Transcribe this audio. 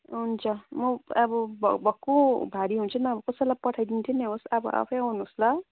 हुन्छ म अब भ भक्कु भारी हुन्छ म कसैलाई पठाइदिन्थे नि होस् अब आफै आउनुहोस् ल